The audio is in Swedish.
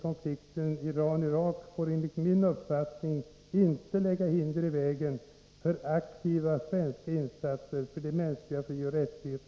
Det är en fråga om trovärdighet.